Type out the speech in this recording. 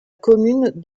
commune